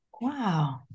wow